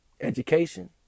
education